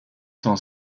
sont